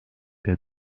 der